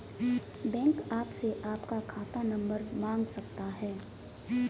bank आपसे आपका खाता नंबर मांग सकता है